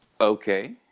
okay